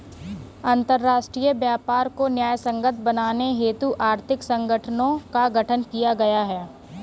अंतरराष्ट्रीय व्यापार को न्यायसंगत बनाने हेतु आर्थिक संगठनों का गठन किया गया है